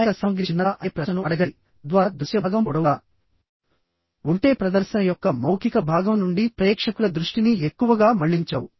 సహాయక సామగ్రి చిన్నదా అనే ప్రశ్నను అడగండి తద్వారా దృశ్య భాగం పొడవుగా ఉంటే ప్రదర్శన యొక్క మౌఖిక భాగం నుండి ప్రేక్షకుల దృష్టిని ఎక్కువగా మళ్లించవు